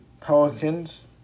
Pelicans